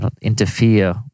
interfere